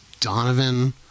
donovan